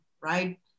right